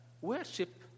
worship